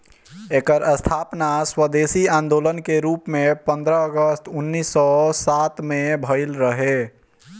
एकर स्थापना स्वदेशी आन्दोलन के रूप में पन्द्रह अगस्त उन्नीस सौ सात में भइल रहे